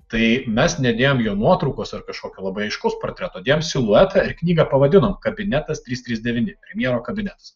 tai mes nedėjom jo nuotraukos ar kažkokio labai aiškaus portreto dėjom siluetą ir knygą pavadinom kabinetas trys trys devyni premjero kabinetas